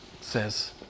says